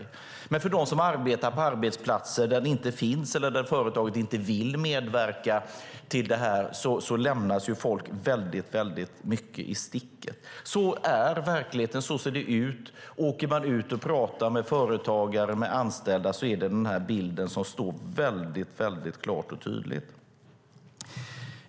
Men när det gäller dem som arbetar på arbetsplatser där detta inte finns eller där företaget inte vill medverka lämnas folk mycket i sticket. Sådan är verkligheten; så ser det ut. Om man åker ut och talar med företagare och med anställda är det denna bild som framstår klart och tydligt.